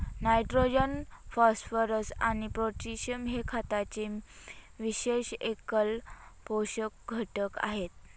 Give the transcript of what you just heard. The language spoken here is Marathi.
नायट्रोजन, फॉस्फरस आणि पोटॅशियम हे खताचे विशेष एकल पोषक घटक आहेत